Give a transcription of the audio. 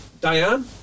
Diane